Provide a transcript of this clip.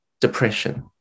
depression